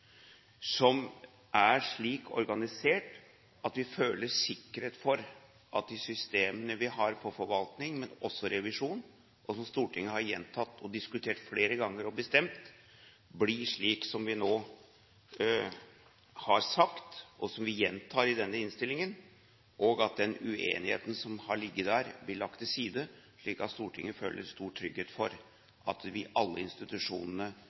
som er slik organisert at vi føler sikkerhet for at de systemene vi har for forvaltning, men også for revisjon, som Stortinget har gjentatt og diskutert flere ganger og bestemt, blir slik som vi nå har sagt, og som vi gjentar i denne innstillingen, og at den uenigheten som har ligget der, blir lagt til side, slik at Stortinget føler stor trygghet for at alle institusjonene